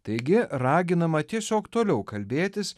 taigi raginama tiesiog toliau kalbėtis